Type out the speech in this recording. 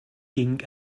ging